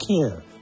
care